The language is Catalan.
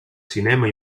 cinema